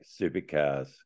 supercars